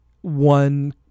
one